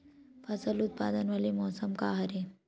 फसल उत्पादन वाले मौसम का हरे?